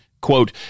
Quote